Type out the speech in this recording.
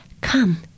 Come